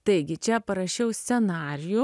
taigi čia parašiau scenarijų